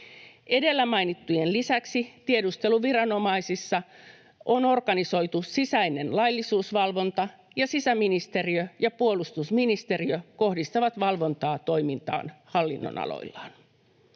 Edellä mainittujen lisäksi tiedusteluviranomaisissa on organisoitu sisäinen laillisuusvalvonta, ja sisäministeriö ja puolustusministeriö kohdistavat valvontaa toimintaan hallinnonaloillaan.